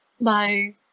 Bye